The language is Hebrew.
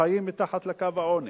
חיים מתחת לקו העוני.